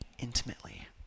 intimately